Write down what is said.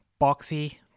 boxy